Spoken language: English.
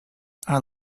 are